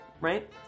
right